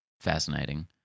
fascinating